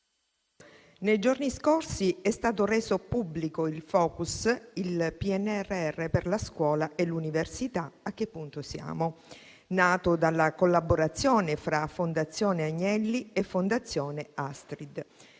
nei giorni scorsi è stato reso pubblico il *focus* «Il PNRR per la scuola e l'università: a che punto siamo?», nato dalla collaborazione fra Fondazione Agnelli e Fondazione Astrid.